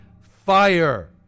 fire